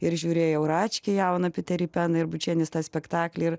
ir žiūrėjau račkį jauną piterį peną ir bučienės tą spektaklį ir